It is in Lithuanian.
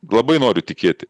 labai noriu tikėti